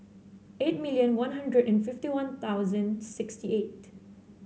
eight million One Hundred and fifty one sixty eight